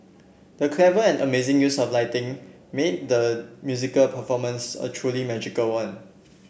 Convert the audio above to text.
the clever and amazing use of lighting made the musical performance a truly magical one